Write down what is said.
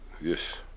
Yes